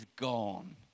gone